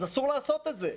אז אסור לעשות את זה.